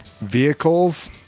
Vehicles